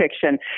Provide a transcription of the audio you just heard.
fiction